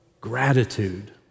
gratitude